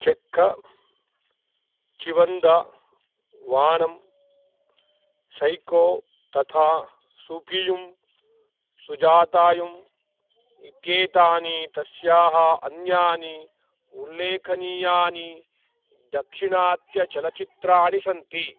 Chekka Chivantha Vaanam psycho तथा सूफियुं सुजातायुम् इत्येतानि तस्याः अन्यानि उल्लेखनीयानि दाक्षिणात्यचलच्चित्राणि सन्ति